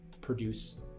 produce